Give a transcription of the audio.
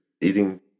eating